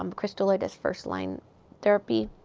um crystalloid is first-line therapy.